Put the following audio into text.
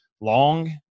long